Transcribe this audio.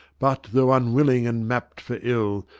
but, though unwilling and mapt for ill,